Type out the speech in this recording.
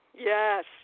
Yes